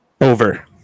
Over